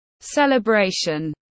celebration